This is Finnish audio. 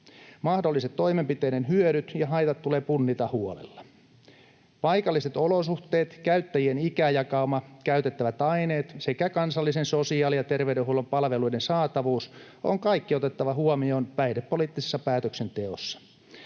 Mahdolliset toimenpiteiden hyödyt ja haitat tulee punnita huolella. Paikalliset olosuhteet, käyttäjien ikäjakauma, käytettävät aineet sekä kansallisen sosiaali- ja terveydenhuollon palveluiden saatavuus on kaikki otettava huomioon päihdepoliittisessa päätöksenteossa.